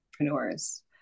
entrepreneurs